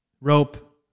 rope